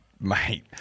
mate